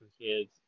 kids